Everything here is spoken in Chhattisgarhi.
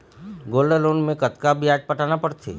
गोल्ड लोन मे कतका ब्याज पटाना पड़थे?